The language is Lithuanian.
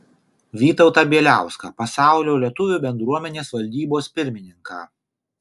vytautą bieliauską pasaulio lietuvių bendruomenės valdybos pirmininką